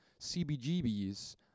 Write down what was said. CBGB's